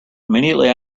immediately